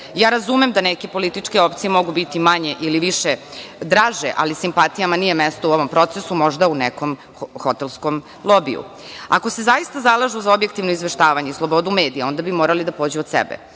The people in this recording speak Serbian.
razumem da neke političke opcije mogu biti manje ili više draže, ali simpatijama nije mesto u ovom procesu, možda u nekom hotelskom lobiju. Ako se zaista zalažu za objektivno izveštavanje i slobodu medija onda bi morali da pođu od sebe